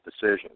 decision